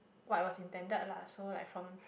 what it was intended lah so like from